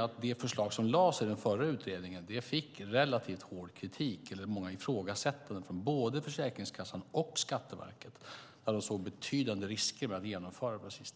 att det förslag som lades fram av den förra utredningen fick relativt hård kritik. Många ifrågasatte det, från både Försäkringskassan och Skatteverket, och såg betydande risker med att genomföra det.